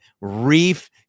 Reef